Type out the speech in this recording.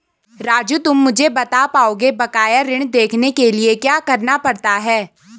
राजू तुम मुझे बता पाओगे बकाया ऋण देखने के लिए क्या करना पड़ता है?